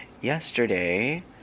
Yesterday